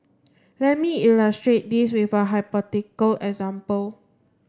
let me illustrate this with a hypothetical example